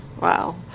wow